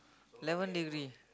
eleven degree